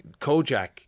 Kojak